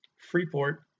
Freeport